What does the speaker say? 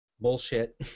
bullshit